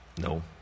No